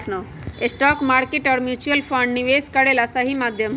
stock market और mutual fund निवेश करे ला सही माध्यम हई